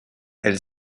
elle